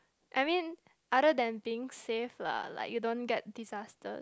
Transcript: I mean other than being safe lah like you don't get disaster